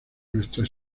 nuestra